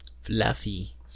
Fluffy